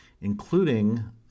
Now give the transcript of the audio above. including